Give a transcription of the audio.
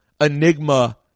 enigma